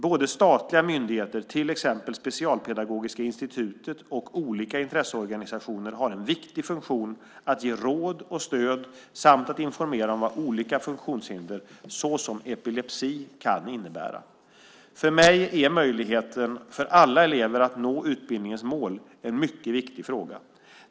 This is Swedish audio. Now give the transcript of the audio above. Både statliga myndigheter, till exempel Specialpedagogiska institutet, och olika intresseorganisationer har en viktig funktion att ge råd och stöd samt informera om vad olika funktionshinder, såsom epilepsi, kan innebära. För mig är möjligheten för alla elever att nå utbildningens mål en mycket viktig fråga.